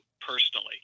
personally